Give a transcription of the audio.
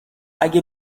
اگه